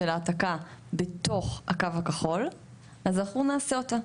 העתקה בתוך הקו הכחול אז אנחנו נעשה אותה.